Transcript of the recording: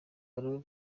baraba